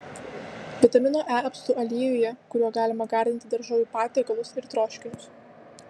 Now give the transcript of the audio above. vitamino e apstu aliejuje kuriuo galima gardinti daržovių patiekalus ir troškinius